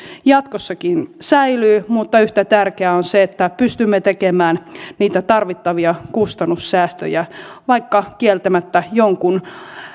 jatkossakin säilyy mutta yhtä tärkeää on se että pystymme tekemään niitä tarvittavia kustannussäästöjä vaikka kieltämättä jonkun